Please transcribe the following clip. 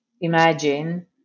imagine